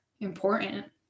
important